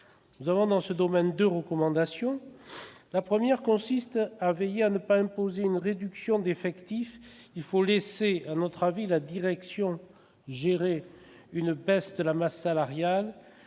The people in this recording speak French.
Nous avons dans ce domaine deux recommandations. La première consiste à veiller à ne pas imposer une réduction d'effectifs : il faut laisser la direction gérer une baisse de la masse salariale